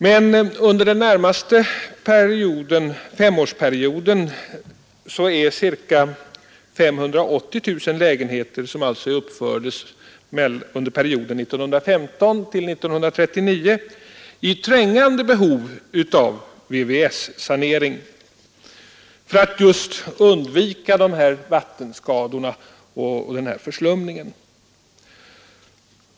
Men under den närmaste femårsperioden är ca 580 000 lägenheter, som uppfördes under perioden 1915 till 1939, i trängande behov av VVS-sanering för att undvika vattenskador och förslumning.